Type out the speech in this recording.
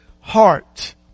heart